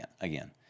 again